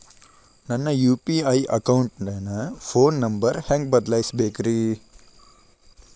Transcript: ನನ್ನ ಯು.ಪಿ.ಐ ಅಕೌಂಟಿನ phone number ಹೆಂಗ್ ಬದಲಾಯಿಸ ಬೇಕ್ರಿ?